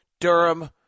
Durham